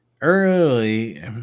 Early